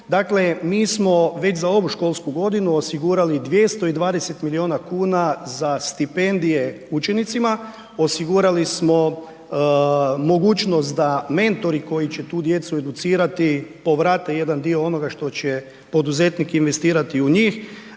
Dakle, mi smo već za ovu školsku godinu osigurali 220 milijuna kuna za stipendije učenicima, osigurali smo mogućnost da mentori koji će tu djecu educirati povrate jedan dio onoga što će poduzetnik investirati u njih,